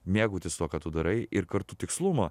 mėgautis tuo ką tu darai ir kartu tikslumo